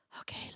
okay